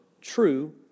true